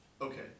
Okay